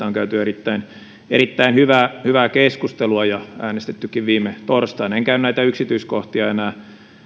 on käyty erittäin erittäin hyvää hyvää keskustelua ja äänestettykin viime torstaina en käy näitä yksityiskohtia enää